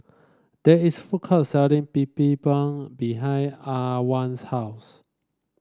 there is food court selling Bibimbap behind Antwan's house